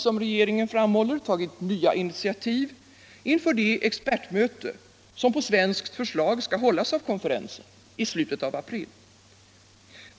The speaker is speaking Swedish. som regeringen framhåller, tagit nya initiativ inför det expertmöte som på svenskt förslag skall hållas av konferensen i slutet av april.